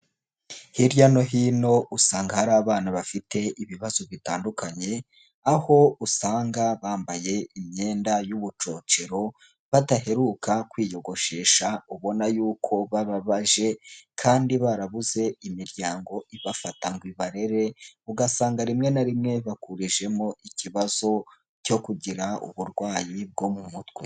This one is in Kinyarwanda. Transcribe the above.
Hirya no hino usanga hari abana bafite ibibazo bitandukanye, aho usanga bambaye imyenda y'ubucocero, badaheruka kwiyogoshesha, ubona yuko bababaje kandi barabuze imiryango ibafata ngo ibarere, ugasanga rimwe na rimwe bakurijemo ikibazo cyo kugira uburwayi bwo mu mutwe.